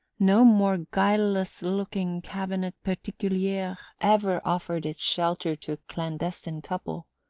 no more guileless-looking cabinet particulier ever offered its shelter to a clandestine couple